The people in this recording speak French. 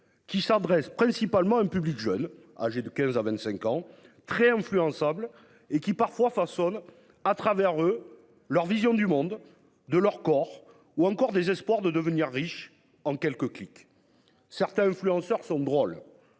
qui s'adressent principalement un public jeune, âgé de 15 à 25 ans très influençable et qui parfois façonne à travers eux, leur vision du monde de leur corps ou encore des espoirs de devenir riche en quelques clics. Certains influenceurs sont drôles